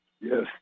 Yes